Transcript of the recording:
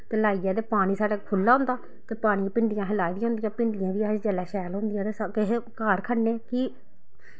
ते लाइयै ते पानी साढ़ै खु'ल्ला होंदा पानी भिंडियां असें लाई दियां होंदियां भिंडियां बी असें जिसलै शैल होंदियां ते किश घर खन्ने